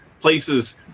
places